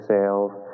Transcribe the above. Sales